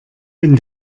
wenn